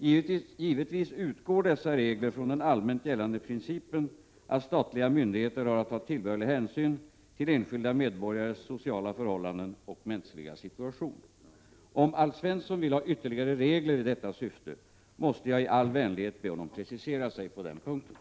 Givetvis utgår dessa regler från den allmänt gällande principen att statliga myndigheter har att ta tillbörlig hänsyn till enskilda medborgares sociala förhållanden och mänskliga situation. Om Alf Svensson vill ha ytterligare regler i detta syfte, måste jag i all vänlighet be honom precisera sig på den punkten.